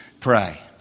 pray